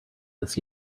this